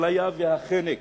האפליה והחנק